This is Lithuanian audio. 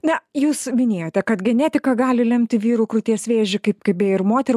na jūs minėjote kad genetika gali lemti vyrų krūties vėžį kaip kaip beje ir moterų